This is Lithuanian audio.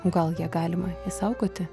o gal ją galima išsaugoti